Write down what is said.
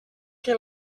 que